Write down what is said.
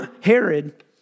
Herod